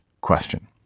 question